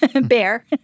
bear